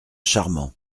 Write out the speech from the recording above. charmant